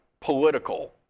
political